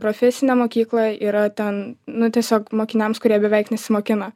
profesinė mokykla yra ten nu tiesiog mokiniams kurie beveik nesimokina